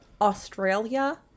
Australia